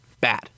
bad